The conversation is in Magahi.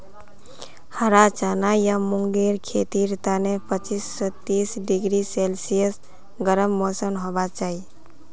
हरा चना या मूंगेर खेतीर तने पच्चीस स तीस डिग्री सेल्सियस गर्म मौसम होबा चाई